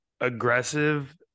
Aggressive